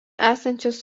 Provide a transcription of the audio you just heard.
esančios